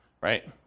right